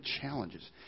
challenges